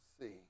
see